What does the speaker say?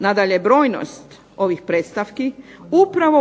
Nadalje, brojnost ovih predstavki